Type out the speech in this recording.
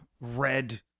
Red